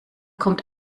kommt